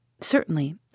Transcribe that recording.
Certainly